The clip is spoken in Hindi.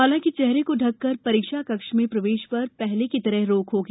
हालांकि चेहरे को ढक कर परीक्षा कक्ष में प्रवेश पर पहले की तरह रोक होगी